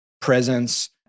presence